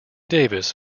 davis